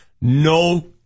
No